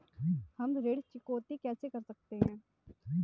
हम ऋण चुकौती कैसे कर सकते हैं?